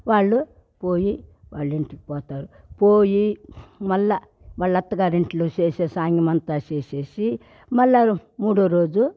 వాళ్ళు పోయి వాళ్ళింటికి పోతారు పోయి మళ్ళ వాళ్ళ అత్తగారింట్లో చేసే సాంగ్యము అంత చేసేసి మళ్ళ మూడో రోజు